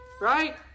right